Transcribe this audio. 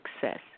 success